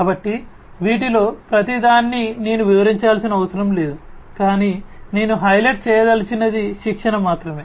కాబట్టి వీటిలో ప్రతిదాన్ని నేను వివరించాల్సిన అవసరం లేదు కానీ నేను హైలైట్ చేయదలిచినది శిక్షణ మాత్రమే